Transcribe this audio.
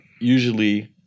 Usually